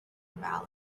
invalid